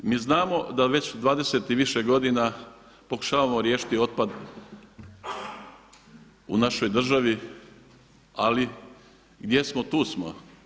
Mi znamo da već 20 i više godina pokušavamo riješiti otpad u našoj državi, ali gdje smo tu smo.